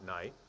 night